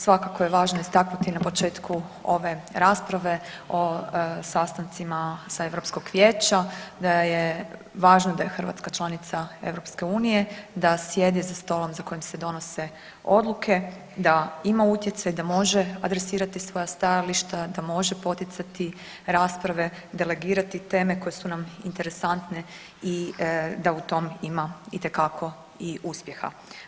Svakako je važno istaknuti na početku ove rasprave o sastancima sa Europskog vijeća da je važno da je Hrvatska članica EU, da sjedi za stolom za kojim se donose odluke, da ima utjecaj, da može adresirati svoja stajališta, da može poticati rasprave, delegirati teme koje su nam interesantne i da u tom ima itekako i uspjeha.